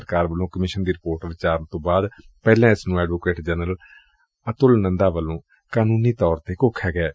ਸਰਕਾਰ ਵੱਲੋ ਕਮਿਸ਼ਨ ਦੀ ਰਿਪੋਰਟ ਵਿਚਾਰਨ ਕਰਨ ਤੋ ਪਹਿਲਾਂ ਇਸ ਨੂੰ ਐਡਵੋਕੇਟ ਜਨਰਲ ਅਤੁਲ ਨੰਦਾ ਵੱਲੋਂ ਕਾਨੁੰਨੀ ਤੌਰ ਤੇ ਘੋਖਿਆ ਗਿਐ